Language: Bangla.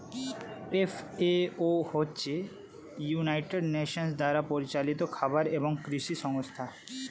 এফ.এ.ও হচ্ছে ইউনাইটেড নেশনস দ্বারা পরিচালিত খাবার এবং কৃষি সংস্থা